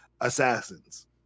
assassins